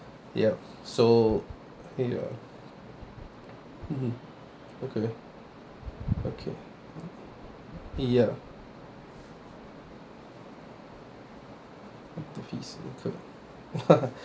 yup so ya mmhmm okay okay ya fees incurred